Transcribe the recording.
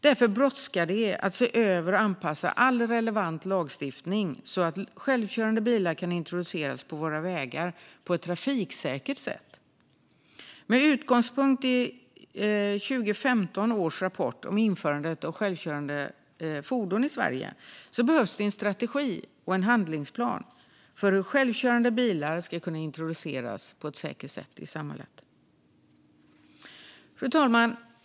Därför brådskar det att se över och anpassa all relevant lagstiftning så att självkörande bilar kan introduceras på våra vägar på ett trafiksäkert sätt. Med utgångspunkt i 2015 års rapport om införandet av självkörande fordon i Sverige behövs en strategi och en handlingsplan för hur självkörande bilar kan introduceras i samhället på ett säkert sätt. Fru talman!